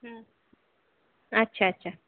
আচ্ছা আচ্ছা